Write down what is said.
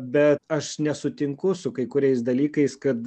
bet aš nesutinku su kai kuriais dalykais kad